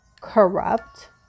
corrupt